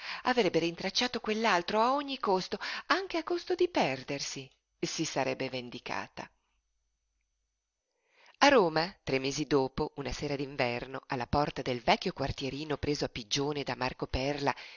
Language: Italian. avrebbe rintracciato quell'altro a ogni costo anche a costo di perdersi si sarebbe vendicata a roma tre mesi dopo una sera d'inverno alla porta del vecchio quartierino preso a pigione da marco perla